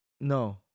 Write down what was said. No